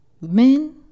Men